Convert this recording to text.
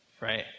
Right